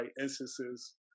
instances